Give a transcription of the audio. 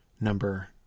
number